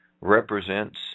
represents